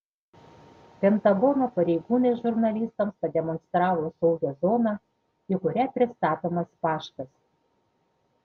pentagono pareigūnai žurnalistams pademonstravo saugią zoną į kurią pristatomas paštas